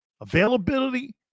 availability